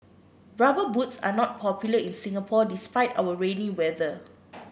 rubber boots are not popular in Singapore despite our rainy weather